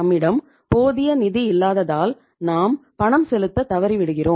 நம்மிடம் போதிய நிதி இல்லாததால் நாம் பணம் செலுத்த தவறிவிடுகிறோம்